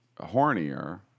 hornier